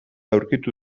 aurkitu